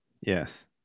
yes